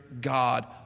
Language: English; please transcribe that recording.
God